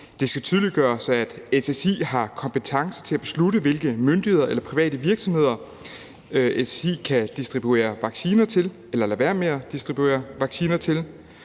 Det skal tydeliggøres, at SSI har kompetence til at beslutte, hvilke myndigheder eller private virksomheder, SSI kan distribuere vacciner til eller lade være med at distribuere vacciner til.